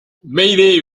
mayday